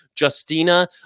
Justina